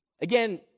again